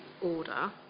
order